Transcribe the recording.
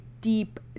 deep